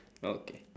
okay